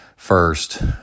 first